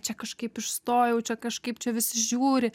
čia kažkaip išstojau čia kažkaip čia visi žiūri